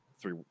three